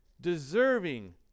deserving